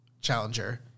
challenger